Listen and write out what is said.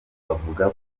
bavuga